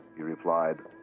he replied,